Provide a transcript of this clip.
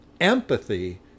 empathy